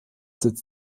sitz